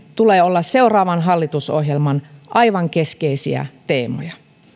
tulee olla seuraavan hallitusohjelman aivan keskeisiä teemoja